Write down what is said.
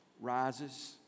rises